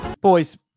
Boys